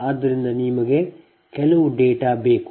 ಆದ್ದರಿಂದ ಈಗ ನಿಮಗೆ ಕೆಲವು ಡೇಟಾ ಬೇಕು